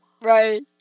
Right